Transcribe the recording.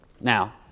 Now